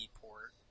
port